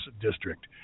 District